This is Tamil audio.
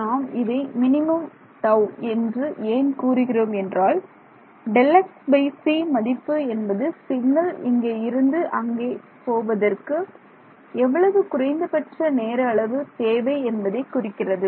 நாம் இதை மினிமம் டவ் என்று ஏன் கூறுகிறோம் என்றால் Δxc மதிப்பு என்பது சிக்னல் இங்கே இருந்து அங்கே போவதற்கு எவ்வளவு குறைந்தபட்ச நேர அளவு தேவை என்பதை குறிக்கிறது